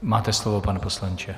Máte slovo, pane poslanče.